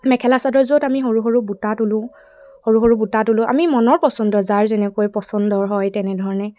মেখেলা চাদৰ য'ত আমি সৰু সৰু বুটা তোলোঁ সৰু সৰু বুটা তোলোঁ আমি মনৰ পচন্দ যাৰ যেনেকৈ পচন্দৰ হয় তেনেধৰণে